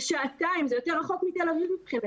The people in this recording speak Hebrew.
זה שעתיים מפה, יותר רחוק מתל אביב מבחינתי.